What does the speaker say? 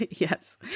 Yes